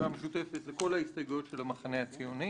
המשותפת לכל ההסתייגויות של המחנה הציוני